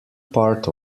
part